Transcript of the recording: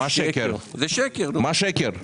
מה שקר?